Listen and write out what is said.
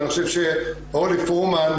אני חושב שאורלי פרומן,